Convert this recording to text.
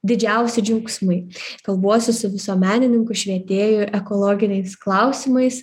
didžiausi džiaugsmai kalbuosi su visuomenininku švietėju ekologiniais klausimais